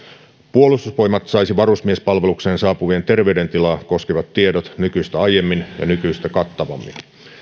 puolustusvoimat saisi varusmiespalvelukseen saapuvien terveydentilaa koskevat tiedot nykyistä aiemmin ja nykyistä kattavammin